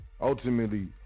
ultimately